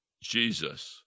Jesus